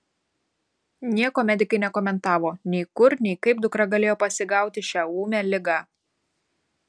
nieko medikai nekomentavo nei kur nei kaip dukra galėjo pasigauti šią ūmią ligą